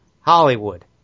Hollywood